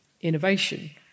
innovation